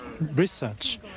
research